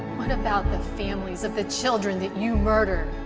what about the families of the children that you murdered?